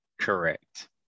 Correct